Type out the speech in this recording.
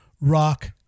rock